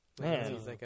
man